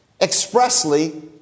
expressly